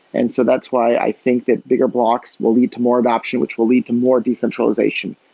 and so that's why i think that bigger blocks will lead to more adoption, which will lead to more decentralization,